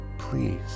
Please